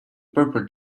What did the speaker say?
purple